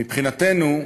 מבחינתנו,